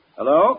Hello